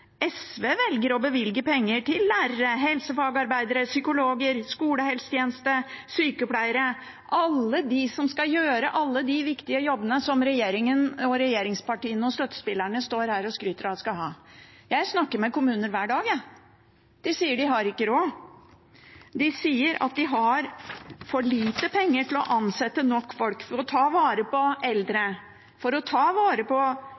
SV velger å bevilge penger til lærere, helsefagarbeidere, psykologer, skolehelsetjeneste, sykepleiere – alle dem som skal gjøre alle de viktige jobbene som regjeringen, regjeringspartiene og støttespillerne står her og skryter av at vi skal ha. Jeg snakker med kommuner hver dag, jeg. De sier at de ikke har råd. De sier at de har for lite penger til å ansette nok folk for å ta vare på eldre, for å ta vare på